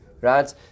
Right